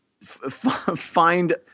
find